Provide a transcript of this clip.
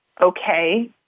okay